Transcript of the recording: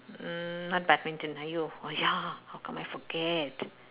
mm my badminton !aiyo! !aiya! how come I forget